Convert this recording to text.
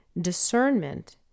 discernment